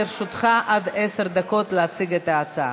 לרשותך עד עשר דקות להציג את ההצעה.